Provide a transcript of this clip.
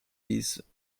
these